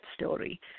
story